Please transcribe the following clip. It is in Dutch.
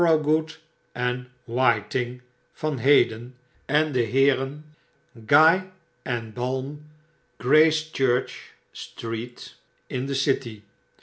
whiting van heden en de heeren gye balme gracechurch street in de city